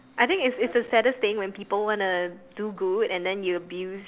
I think it's it's the saddest thing when people wanna do good and then you abuse